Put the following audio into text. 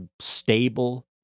stable